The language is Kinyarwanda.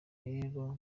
rero